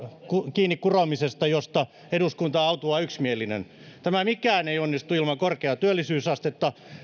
kiinnikuromisesta josta eduskunta on autuaan yksimielinen mikään näistä ei onnistu ilman korkeaa työllisyysastetta